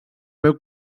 veu